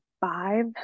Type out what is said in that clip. five